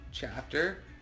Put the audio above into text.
chapter